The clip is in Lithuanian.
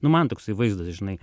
nu man toksai vaizdas žinai